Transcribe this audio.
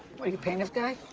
wait you paying this guy?